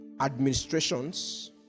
administrations